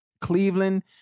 Cleveland